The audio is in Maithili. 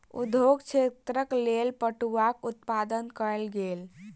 उद्योग क्षेत्रक लेल पटुआक उत्पादन कयल गेल